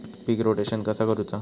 पीक rotation कसा करूचा?